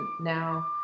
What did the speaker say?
now